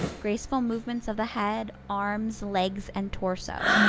graceful movements of the head, arms, legs and torso.